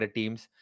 teams